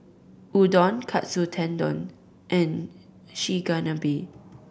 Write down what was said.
Udon Katsu Tendon and Chigenabe